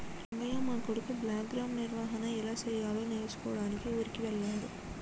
రంగయ్య మా కొడుకు బ్లాక్గ్రామ్ నిర్వహన ఎలా సెయ్యాలో నేర్చుకోడానికి ఊరికి వెళ్ళాడు